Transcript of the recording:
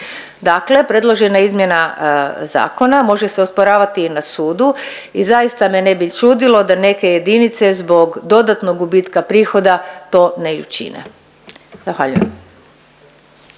Dakle, predložena izmjena zakona može se osporavati i na sudu i zaista me ne bi čudilo da neke jedinice zbog dodatnog gubitka prihoda to ne i učine. Zahvaljujem.